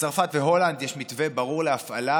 בצרפת ובהולנד יש מתווה ברור להפעלה